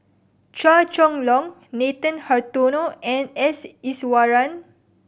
Chua Chong Long Nathan Hartono and S Iswaran